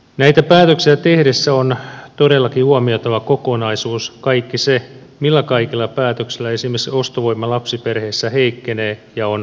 näitä päätöksiä tehdessä on todellakin huomioitava kokonaisuus kaikki se millä kaikilla päätöksillä esimerkiksi ostovoima lapsiperheissä heikkenee ja on heikentynyt